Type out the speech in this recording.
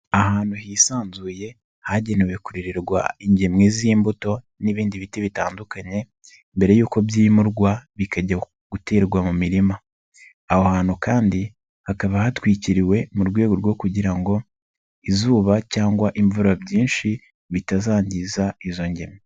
Ahantu hisanzuye, hagenewe kurererwa ingemwe z'imbuto n'ibindi biti bitandukanye, mbere yuko byimurwa bikajya guterwa mu mirima. Aho hantu kandi hakaba hatwikiriwe mu rwego rwo kugira ngo izuba cyangwa imvura byinshi bitazangiza izo ngemwe.